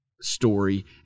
story